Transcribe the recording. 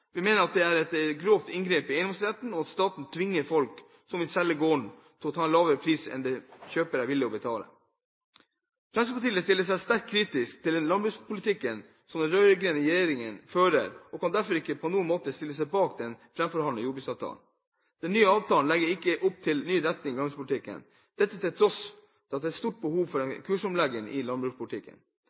Vi mener det er et grovt inngrep i eiendomsretten at staten tvinger folk som vil selge gården, til å ta en lavere pris enn det kjøper er villig til å betale. Fremskrittspartiet stiller seg sterkt kritisk til den landbrukspolitikken som den rød-grønne regjeringen fører, og kan derfor ikke på noen måte stille seg bak den framforhandlede jordbruksavtalen. Den nye avtalen legger ikke opp til ny retning i landbrukspolitikken – dette til tross for at det er et stort behov for en kursomlegging av landbrukspolitikken.